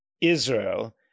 Israel